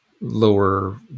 lower